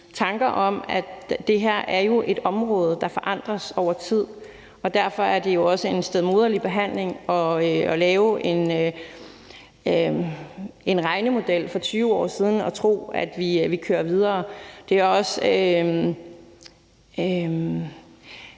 tanker om, at det her er et område, der forandres over tid, og derfor er det jo også en stedmoderlig behandling, at man har lavet en regnemodel for 20 år siden og tror, at vi kan køre videre. Det er også